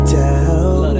down